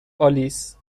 آلیس